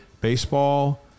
baseball